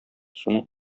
суның